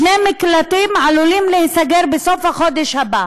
שני מקלטים עלולים להיסגר בסוף החודש הבא.